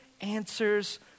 answers